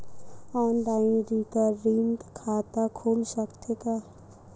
Online recurring खाता खुल सकथे का?